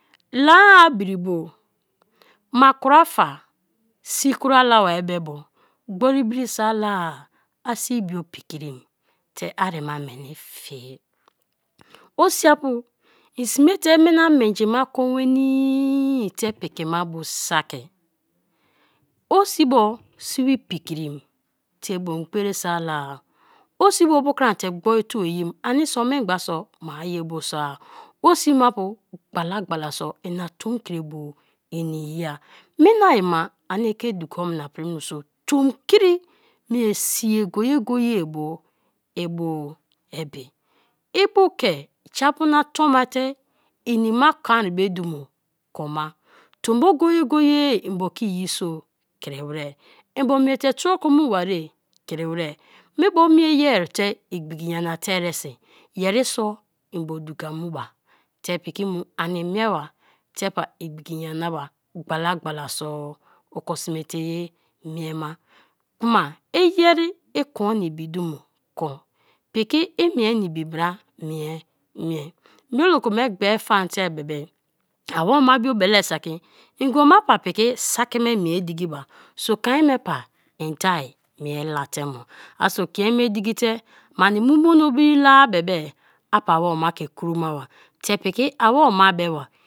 La-a biribu mai kwa fa si kwa labai be bo gbon briso alá a sibio pikrim te arima meni fie; osiapu smete i mina menji ma ken nwenii te piki ma bo saki osibo si pikrim te bom gbee so ala-a, osibo bukromate gbortuo z yim ani so mengba so ma ye bu soa, osimapu gbala gbala so ina minai ma ani ke duko omna pri mioso tomkri mie siia o-go-ye bu i bu e bi, ibu ke ja-apu nai tonmate inima konbe dumo kon ma; tombo go-go-ye mbo kei yi so kri were; mbo miete troko mue barie kri were, mi bo me yete igbiki nyana te eresi yeriso mbo duka mu ba te piki mu ani mieba te ba igbiki nyana ba gbala gbala so oko sme te ye mie ma kmai yeri ikon na ibi dumo kon, piki imie na ibi bra mie mie, me oloko me gbee faan te bebe a woma bio bele saki ngioma pa saki me mie idikiba so kàén me ba rende mie la te mo; aso kein me diki te mani mu mono biri la bebe a pa a woma ke kromaba to pike a wama be ba